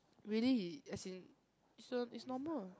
really he as in so is normal